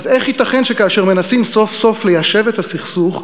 אז איך ייתכן שכאשר מנסים סוף-סוף ליישב את הסכסוך,